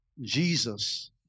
Jesus